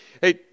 Hey